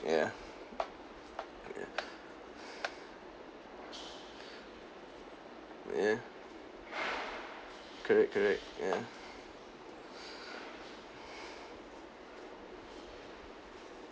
ya ya ya correct correct ya